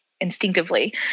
instinctively